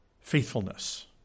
faithfulness